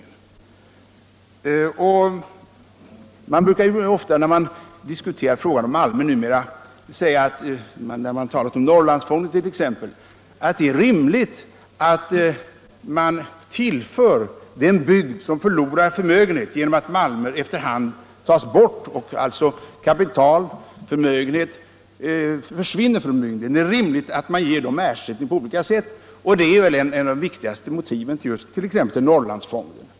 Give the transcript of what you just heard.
Det brukar numera ofta när man diskuterar frågan om malmer hävdas att det är rimligt att den bygd som förlorar kapital genom att malmer efter hand förs bort därifrån får ersättning på olika sätt. Det är väl också ett av de viktigaste motiven bakom inrättandet av Norrlandsfonden.